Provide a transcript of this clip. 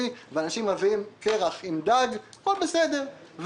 ואנשים מביאים קרח עם דג הכול בסדר.